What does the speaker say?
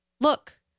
Look